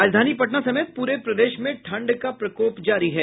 राजधानी पटना समेत पूरे प्रदेश में ठंड का प्रकोप जारी है